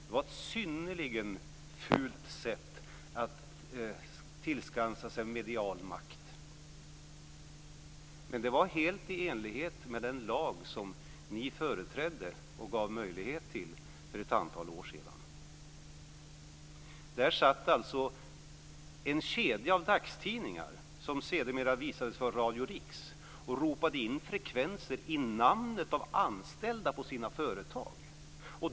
Det var synnerligen fult sätt att tillskansa sig medial makt. Men det var helt i enlighet med den lag som ni företrädde och gav möjlighet till för ett antal år sedan. Där satt alltså en kedja av dagstidningar, som sedermera visade sig vara Radio RIX, och ropade in frekvenser i namnet av anställda på sina företag.